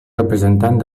representant